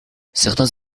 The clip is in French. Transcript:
certains